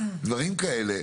דברים כאלה,